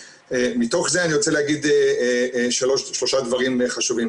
מתוך זה אני רוצה להגיד שלושה דברים חשובים.